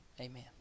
Amen